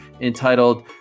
entitled